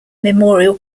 memorial